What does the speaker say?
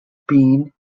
bean